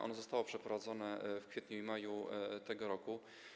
Ono zostało przeprowadzone w kwietniu i maju tego roku.